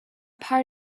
part